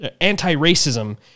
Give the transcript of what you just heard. anti-racism